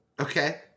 Okay